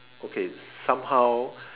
okay somehow